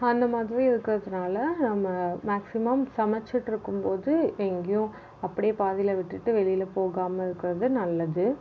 அந்த மாதிரி இருக்கிறதுனால நம்ம மேக்ஸிமம் சமைச்சிட்ருக்கும்போது எங்கேயும் அப்பிடேயே பாதியில் விட்டுட்டு வெளியில் போகாமல் இருக்கிறது நல்லது